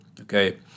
Okay